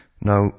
now